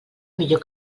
millor